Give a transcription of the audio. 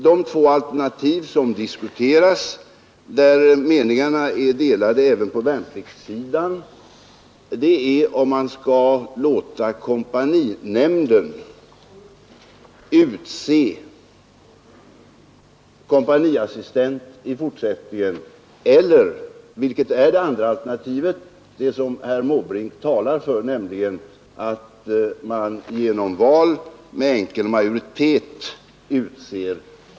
De två alternativ som diskuteras, där meningarna är delade även på värnpliktssidan, är om man i fortsättningen skall låta kompaninämnden utse kompaniassistent eller — vilket är det andra alternativet och det som herr Måbrink talar för — om kompaniassistent skall utses genom val med enkel majoritet.